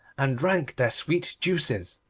and drank their sweet juices.